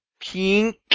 Pink